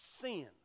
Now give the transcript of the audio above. sin